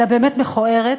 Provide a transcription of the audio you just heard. אלא באמת מכוערת,